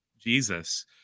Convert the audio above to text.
Jesus